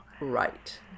Right